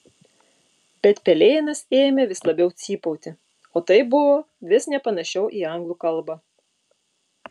bet pelėnas ėmė vis labiau cypauti o tai buvo vis nepanašiau į anglų kalbą